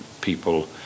people